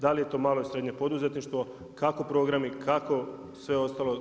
Da li je to malo i srednje poduzetništvo, kako programi, kako sve ostalo.